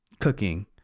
cooking